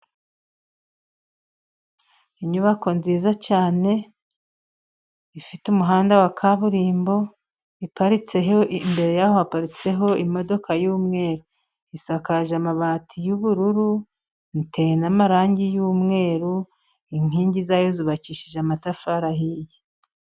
Inyubako nziza cyane ifite umuhanda wa kaburimbo. iparitse imbere yaho haparitseho imodoka y'umweru. Isakaje amabati y'ubururu iteye n'amarangi yumweru. Inkingi zayo zubakishije amatafari ahiye.